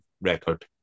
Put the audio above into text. record